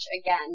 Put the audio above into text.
again